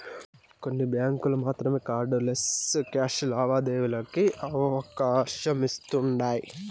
కొన్ని బ్యాంకులు మాత్రమే కార్డ్ లెస్ క్యాష్ లావాదేవీలకి అవకాశమిస్తుండాయ్